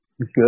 good